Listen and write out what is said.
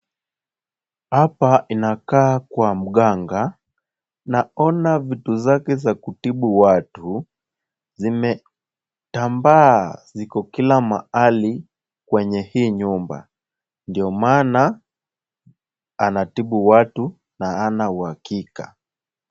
Hapa inakaa kwa mganga, naona vitu zake za kutibu watu, zimetambaa, ziko kila mahali, kwenye hii nyumba. ndio maana, anatibu watu na ana uhakika.